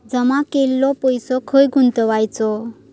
जमा केलेलो पैसो खय गुंतवायचो?